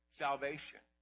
salvation